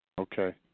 Okay